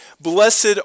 blessed